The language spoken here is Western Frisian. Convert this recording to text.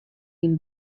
dyn